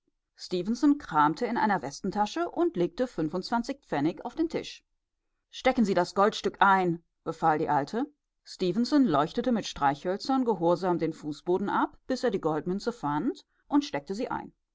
kramte in einer westentasche und legte fünfundzwanzig pfennig auf den tisch stecken sie das goldstück ein befahl die alte stefenson leuchtete mit streichhölzern gehorsam den fußboden ab bis er die goldmünze fand und steckte sie ein